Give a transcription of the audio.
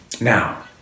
now